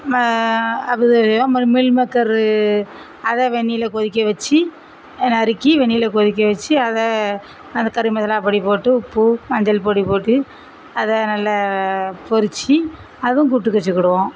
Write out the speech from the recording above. ம அப்பறம் மீல்மேக்கர் அதை வெந்நீரில் கொதிக்க வச்சு அதை நறுக்கி வெந்நீரில் கொதிக்க வச்சு அதை கறி மசாலா பொடி போட்டு உப்பு மஞ்சள் பொடி போட்டு அதை நல்ல பொரித்து அதுவும் கூட்டுக்கு வச்சுக்கிடுவோம்